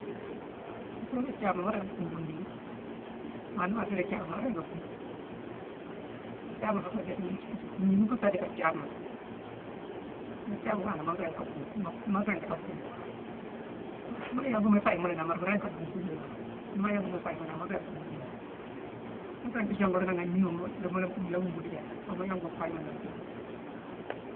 Mu féérine thiaabma, mu ringi gumbu nniima. Maa ni ma féérine thiaabma, ma ringi gumbu. Thiaabma fuu féé défini-t-t-nniima nfu féé di fu thiaabma dan. Ni thiaabma waa nangh, ma ringi ka gumbu-mu-mu-ringi ka gumbu. An mu la yongu fayema nangh mburu muu ringi ka gumbu nniima. Ni mu yongu mu fayema nangh mu ringi gumbu nniima. Mu ringi jonguri nangha nniima nlaa wumbu ni jaa nangh. Foo mu yongu ma fayema nangh gumbu.